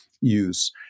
use